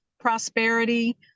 prosperity